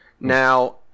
Now